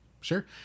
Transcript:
sure